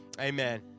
Amen